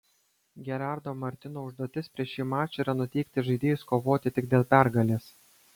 gerardo martino užduotis prieš šį mačą yra nuteikti žaidėjus kovoti tik dėl pergalės